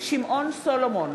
שמעון סולומון,